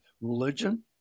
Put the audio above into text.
religion